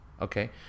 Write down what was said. Okay